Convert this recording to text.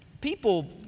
people